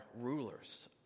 rulers